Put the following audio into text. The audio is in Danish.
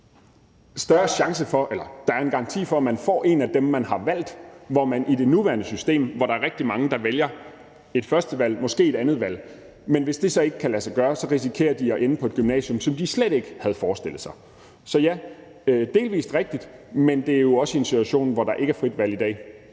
her model en garanti for, at man får en af dem, som man har valgt, hvor man i det nuværende system, hvor der er rigtig mange, der vælger et førstevalg og måske et andetvalg, risikerer, hvis det så ikke kan lade sig gøre, at ende på et gymnasium, som man slet ikke havde forestillet sig. Så ja, det er delvis rigtigt, men det er jo også i en situation, hvor der ikke er et fuldstændigt